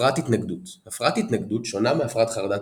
הפרעת התנגדות הפרעת התנגדות שונה מהפרעת חרדת